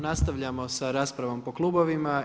Nastavljamo sa raspravom po klubovima.